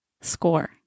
Score